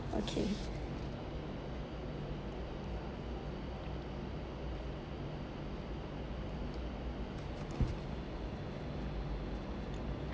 okay